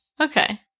Okay